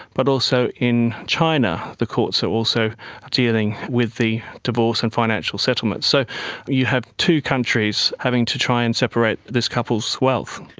but also in china the courts are also dealing with the divorce and financial settlements. so you have two countries having to try and separate this couple's wealth.